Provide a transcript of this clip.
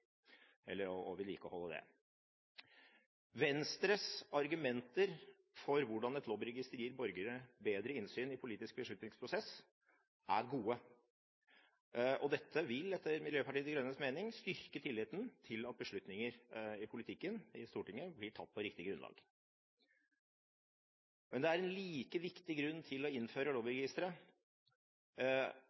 Venstres argumenter for hvordan et lobbyregister gir borgere bedre innsyn i en politisk beslutningsprosess er gode. Dette vil, etter Miljøpartiet De Grønnes mening, styrke tilliten til at beslutninger i politikken, i Stortinget, blir tatt på riktig grunnlag. Men det er en like viktig grunn til å innføre